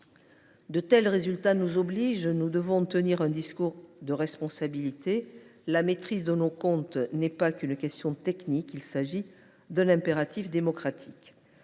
De tels résultats nous obligent. Nous devons tenir un discours de responsabilité. La maîtrise de nos comptes n’est pas qu’une question technique ; c’est un impératif démocratique.